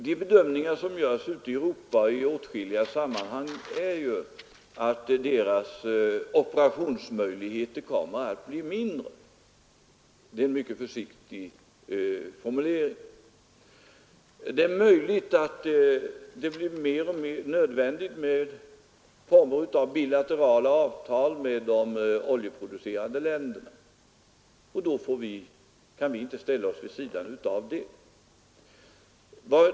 De bedömningar som görs ute i Europa i åtskilliga sammanhang är att deras operationsmöjligheter kommer att bli mindre. Detta är en mycket försiktig formulering. Det är möjligt att det blir alltmer nödvändigt med former av bilaterala avtal med de oljeproducerande länderna, och då kan vi inte ställa oss vid sidan därav.